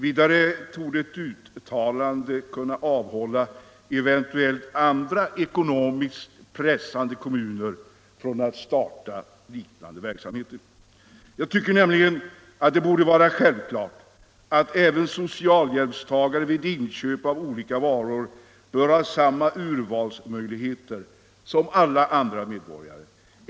Vidare torde ett uttalande kunna avhålla eventuella andra ekonomiskt pressade kommuner från att starta liknande verksamheter. Jag tycker nämligen att det borde vara självklart att även socialhjälpstagare vid inköp av olika varor bör ha samma urvalsmöjligheter som alla andra medborgare.